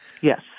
yes